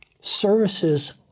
services